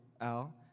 Al